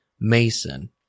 Mason